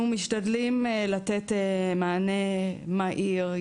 אנחנו משתדלים לתת מענה מהיר,